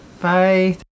Bye